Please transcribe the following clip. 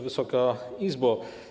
Wysoka Izbo!